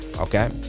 Okay